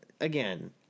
again